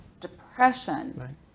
depression